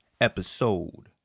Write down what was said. episode